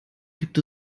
gibt